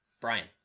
Brian